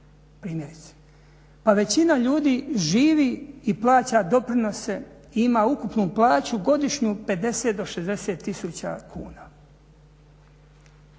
od 30%? Pa većina ljudi živi i plaća doprinose i ima ukupnu plaću godišnju 50 do 60 tisuća kuna.